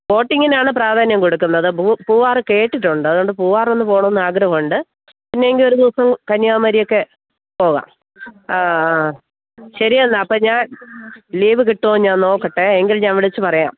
ബോട്ടിങ്ങിനാണു പ്രാധാന്യം കൊടുക്കുന്നത് പൂവാര് കേട്ടിട്ടുണ്ട് അതുകൊണ്ട് പൂവാറൊന്നു പോകണമെന്ന് ആഗ്രഹമുണ്ട് പിന്നെങ്കില് ഒരു ദിവസം കന്യാകുമാരിയൊക്കെ പോകാം ആ ആ ശരിയെന്നാല് അപ്പോള് ഞാൻ ലീവ് കിട്ടുമോ ഞാൻ നോക്കട്ടെ എങ്കിൽ ഞാൻ വിളിച്ചുപറയാം